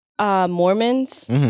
Mormons